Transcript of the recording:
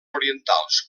orientals